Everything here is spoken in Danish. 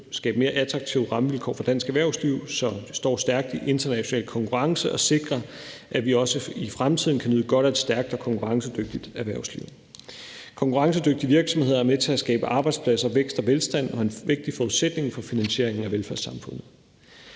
skabe mere attraktive rammevilkår for dansk erhvervsliv, så det står stærkt i den internationale konkurrence, og sikre, at vi også i fremtiden kan nyde godt af et stærkt og konkurrencedygtigt erhvervsliv. Konkurrencedygtige virksomheder er med til at skabe arbejdspladser, vækst og velstand og er en vigtig forudsætning for finansieringen af velfærdssamfundet.